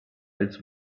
als